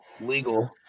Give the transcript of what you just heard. legal